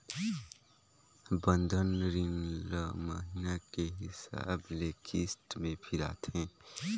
बंधन रीन ल महिना के हिसाब ले किस्त में फिराथें